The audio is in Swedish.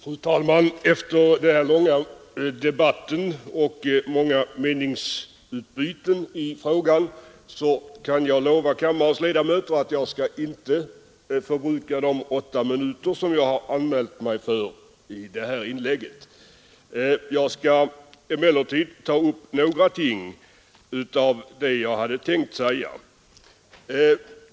Fru talman! Efter den här långa debatten och de många meningsutbytena i frågan kan jag lova kammarens ledamöter att jag inte skall förbruka de åtta minuter jag anmält mig för i det här inlägget. Jag skall emellertid ta upp några ting av det jag hade tänkt säga.